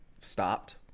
stopped